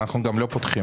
ואנחנו גם לא פותחים.